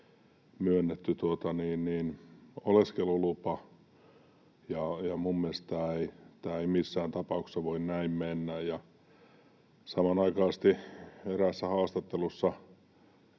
myönnetty oleskelulupa, ja minun mielestäni tämä ei missään tapauksessa voi näin mennä. Samanaikaisesti eräässä haastattelussa